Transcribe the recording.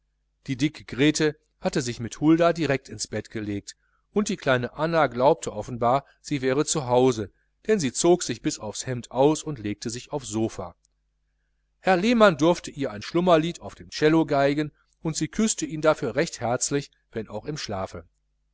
die dicke grete hatte sich mit hulda direkt ins bett gelegt und die kleine anna glaubte offenbar sie wäre zu hause denn sie zog sich bis aufs hemd aus und legte sich aufs sopha herr lehmann durfte ihr ein schlummerlied auf dem cello geigen und sie küßte ihn dafür recht herzlich wenn auch im schlafe